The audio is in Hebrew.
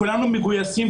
כולנו מגויסים,